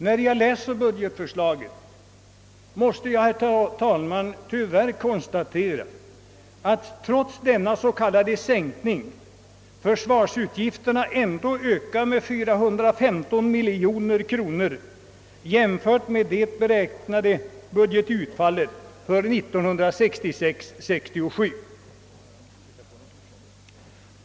När jag läser budgetförslaget måste jag tyvärr konstatera, att försvarsutgifterna trots denna s.k. sänkning ökar med 415 miljoner kronor jämfört med det beräknade budgetutfallet för 1966/67.